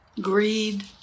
greed